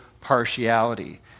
partiality